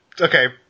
okay